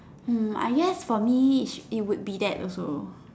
mm I guess for me it will be that also